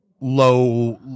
low